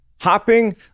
hopping